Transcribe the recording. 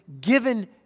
given